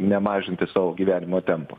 nemažinti savo gyvenimo tempo